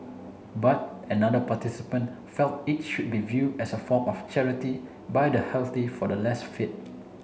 but another participant felt it should be viewed as a form of charity by the healthy for the less fit